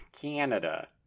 canada